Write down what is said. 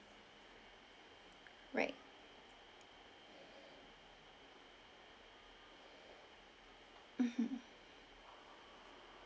right mmhmm